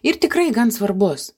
ir tikrai gan svarbus